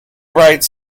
writes